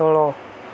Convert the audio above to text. ତଳ